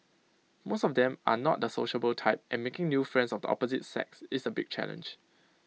most of them are not the sociable type and making new friends of the opposite sex is A big challenge